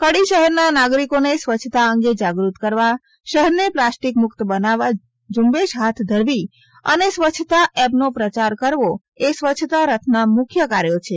કડી શહેરના નાગરીકોને સ્વચ્છતા અંગે જાગૃત કરવા શહેરને પ્લાસ્ટીક મુક્ત બનાવવા ઝુંબેશ હાથ ધરવી અને સ્વચ્છતા એપનો પ્રયાર કરવો એ સ્વચ્છતા રથના મુખ્ય કાર્યો છે